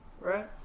right